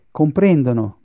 comprendono